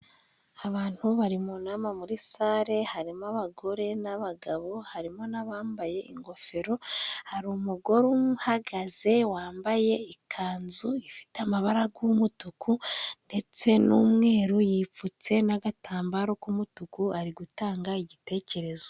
Abantu bari nama muri sale, harimo abagore n'abagabo, harimo n'abambaye ingofero, hari umugore umwe uhagaze wambaye ikanzu ifite amabara gw'umutuku ndetse n'umweru yipfutse n'agatambaro k'umutuku ari gutanga igitekerezo.